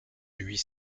huit